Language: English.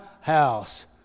house